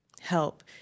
help